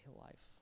life